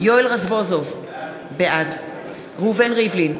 יואל רזבוזוב, בעד ראובן ריבלין,